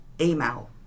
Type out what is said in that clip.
email